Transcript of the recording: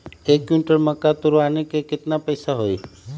एक क्विंटल मक्का तुरावे के केतना पैसा होई?